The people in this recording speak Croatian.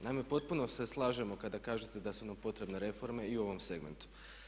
Naime, potpuno se slažemo kada kažete da su nam potrebne reforme i u ovom segmentu.